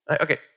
Okay